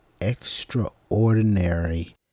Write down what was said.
extraordinary